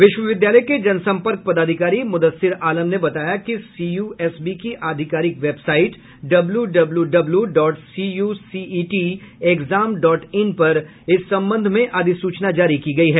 विश्वविद्यालय के जनसंपर्क पदाधिकारी मोदस्सीर आलम ने बताया कि सीयूएसबी की आधिकारिक website W W W dot CUCET exam dot in पर इस संबंध में अधिसूचना जारी कर दी गयी है